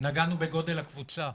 נגענו בגודל הקבוצה,